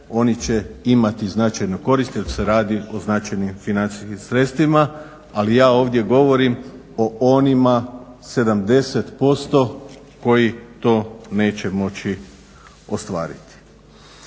oni će imati značajno koristi jer se radi o značajnim financijskim sredstvima. Ali ja ovdje govorim o onima 70% koji to neće moći ostvariti.